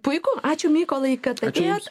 puiku ačiū mykolai kad atėjot